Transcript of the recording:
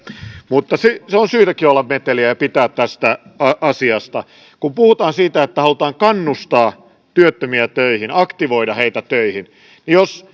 mutta on syytäkin olla ja pitää meteliä tästä asiasta kun puhutaan siitä että halutaan kannustaa työttömiä töihin aktivoida heitä töihin niin jos